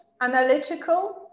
analytical